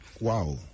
Wow